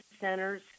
centers